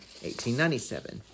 1897